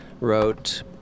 wrote